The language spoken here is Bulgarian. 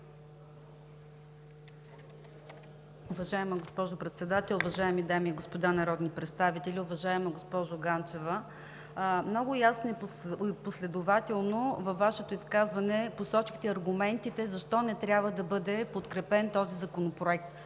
Уважаема госпожо Председател, уважаеми дами и господа народни представители! Уважаема госпожо Ганчева, много ясно и последователно във Вашето изказване посочихте аргументите защо не трябва да бъде подкрепен този законопроект.